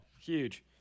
Huge